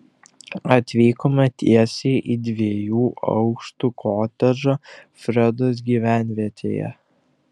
atvykome tiesiai į dviejų aukštų kotedžą fredos gyvenvietėje